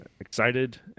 excited